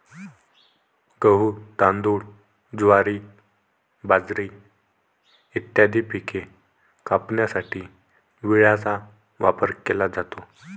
गहू, तांदूळ, ज्वारी, बाजरी इत्यादी पिके कापण्यासाठी विळ्याचा वापर केला जातो